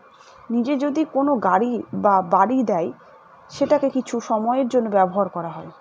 নিজে যদি কোনো গাড়ি বা বাড়ি দেয় সেটাকে কিছু সময়ের জন্য ব্যবহার করা হয়